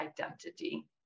identity